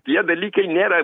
tie dalykai nėra